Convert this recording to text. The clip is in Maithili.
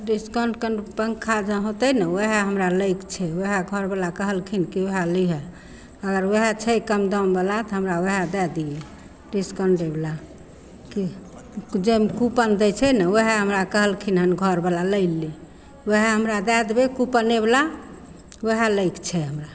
डिस्काउण्ट कनि पन्खा जँ होतै ने वएह हमरा लै के छै वएह घरवला कहलखिन कि वएह लिहे अगर वएह छै कम दामवला तऽ हमरा वएह दै दिए डिस्काउण्टेवला कि जाहिमे कूपन दै छै ने वएह हमरा कहलखिन हँ घरवला लै ले वएह हमरा दै देबै कूपनेवला वएह लै के छै हमरा तऽ